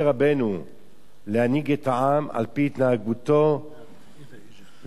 רבנו להנהיג את העם על-פי התנהגותו לבעלי-החיים